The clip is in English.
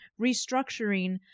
Restructuring